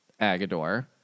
Agador